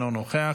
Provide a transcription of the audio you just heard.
אינו נוכח,